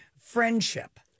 friendship